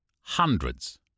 hundreds